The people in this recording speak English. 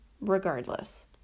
regardless